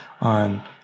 on